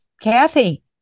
kathy